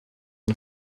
een